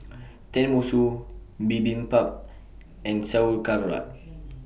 Tenmusu Bibimbap and Sauerkraut